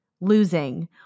losing